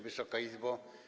Wysoka Izbo!